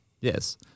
Yes